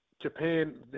Japan